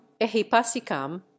ehipasikam